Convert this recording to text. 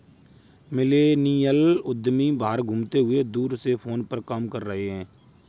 millennial उद्यमी बाहर घूमते हुए दूर से फोन पर काम कर रहे हैं